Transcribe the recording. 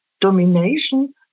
domination